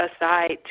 aside